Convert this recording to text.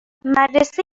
مدرسه